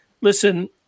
Listen